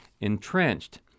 entrenched